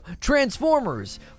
Transformers